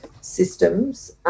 systems